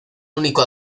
único